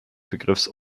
begriffs